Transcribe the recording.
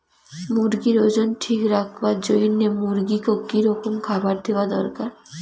মুরগির ওজন ঠিক রাখবার জইন্যে মূর্গিক কি রকম খাবার দেওয়া দরকার?